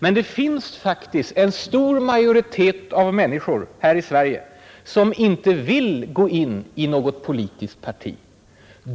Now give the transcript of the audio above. Men det finns faktiskt en stor majoritet människor här i Sverige som inte vill gå in i något politiskt parti.